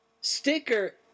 sticker